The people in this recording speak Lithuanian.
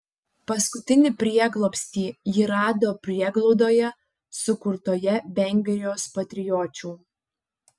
paskutinį prieglobstį ji rado prieglaudoje sukurtoje vengrijos patriočių